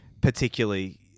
particularly